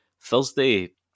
Thursday